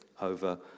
over